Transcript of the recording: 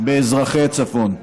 באזרחי הצפון.